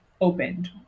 opened